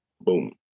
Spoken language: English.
boom